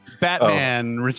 Batman